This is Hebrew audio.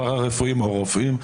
פרא רפואיים או רופאים,